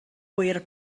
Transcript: ŵyr